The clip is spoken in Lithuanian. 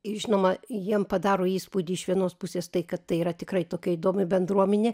ir žinoma jiem padaro įspūdį iš vienos pusės tai kad tai yra tikrai tokia įdomi bendruomenė